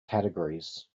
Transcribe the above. categories